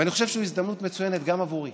ואני חושב שהוא הזדמנות מצוינת גם עבורי